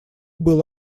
был